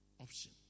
option